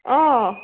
अ